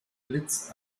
blitz